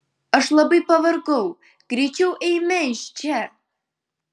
aš labai pavargau greičiau eime iš čia